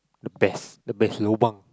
the best the best lobang